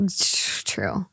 true